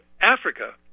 Africa